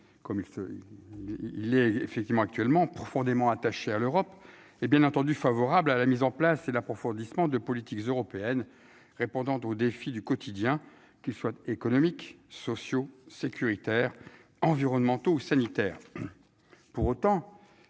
il se il est effectivement actuellement profondément attachés à l'Europe, et bien entendu favorable à la mise en place et l'approfondissement de politique européenne répondant aux défis du quotidien qu'ils soient économiques, socio-sécuritaires environnementaux ou sanitaires,